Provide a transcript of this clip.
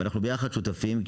ואנחנו ביחד שותפים,